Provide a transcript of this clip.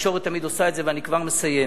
והתקשורת תמיד עושה את זה, ואני כבר מסיים,